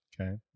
okay